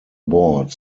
bought